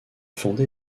fondé